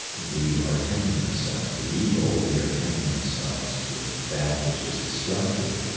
we are tempting ourselves with evil, we are tempting ourselves with that which is destructive,